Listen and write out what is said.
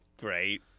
Great